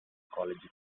colleges